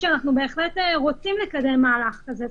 בהחלט רוצים לקדם מהלך כזה.